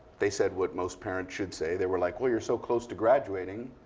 they said what most parents should say. they were like, well, you're so close to graduating.